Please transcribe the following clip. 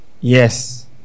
Yes